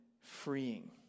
freeing